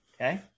Okay